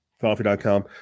coffee.com